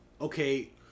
Okay